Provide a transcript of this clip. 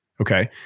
Okay